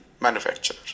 manufacturer